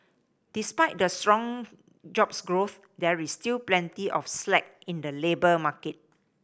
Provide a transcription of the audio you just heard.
despite the strong jobs growth there is still plenty of slack in the labour market